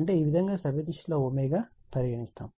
అంటే ఈ విధంగా సవ్యదిశలో ω పరిగణిస్తాము